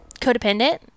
codependent